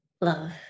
love